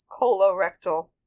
Colorectal